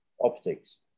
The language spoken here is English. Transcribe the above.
optics